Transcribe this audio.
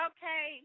Okay